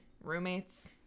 Roommates